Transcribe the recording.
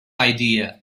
idea